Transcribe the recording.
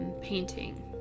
Painting